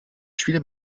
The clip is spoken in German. spieler